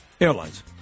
Airlines